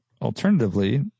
Alternatively